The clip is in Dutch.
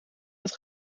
het